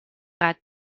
gat